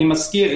אני מזכיר,